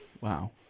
Wow